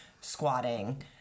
squatting